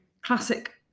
Classic